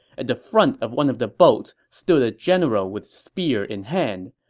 at the front of one of the boats stood a general with spear in hand.